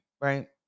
right